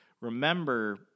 remember